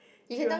he was